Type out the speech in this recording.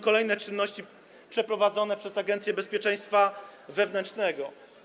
Kolejne czynności będą przeprowadzone przez Agencję Bezpieczeństwa Wewnętrznego.